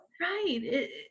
Right